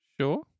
Sure